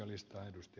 arvoisa puhemies